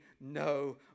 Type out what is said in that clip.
no